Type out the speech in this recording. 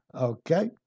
Okay